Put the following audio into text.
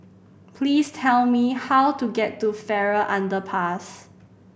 please tell me how to get to Farrer Underpass